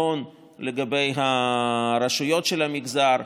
זה נכון לגבי הרשויות של המגזר.